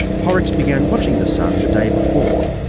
horrocks began watching the sun the day before.